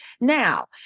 Now